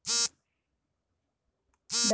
WWW ಪೂರ್ಣ ರೂಪ ಏನು?